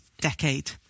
decade